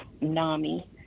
NAMI